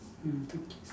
mm two kids